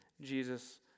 Jesus